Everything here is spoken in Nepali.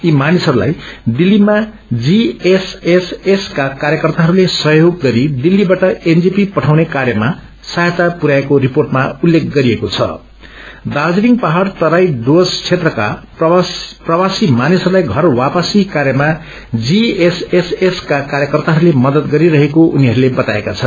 यी मानिसहरूलाई दिल्लीमा जीएसएसएस का कार्यकर्ताहरूले सहयोग गरी दिल्लीबाट एनजेपी पठाउने कार्यमा सहायता पुरयाएको रिपोर्टमा उल्लेख गरिएको दार्जीलिङ पहाड़ तराई डुवर्स क्षेत्रका प्रवासी मानिसहस्लाई घर वापसी कार्यमा जीएसएसएस का कार्यकर्ताहरूले मदत गरिरहेको उनीहरूले बताएका छन्